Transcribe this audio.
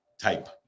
type